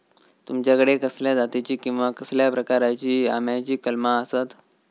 तुमच्याकडे कसल्या जातीची किवा कसल्या प्रकाराची आम्याची कलमा आसत?